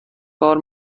کار